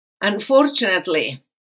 Unfortunately